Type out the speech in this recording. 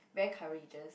very courageous